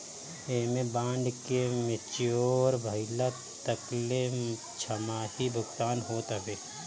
एमे बांड के मेच्योर भइला तकले छमाही भुगतान होत हवे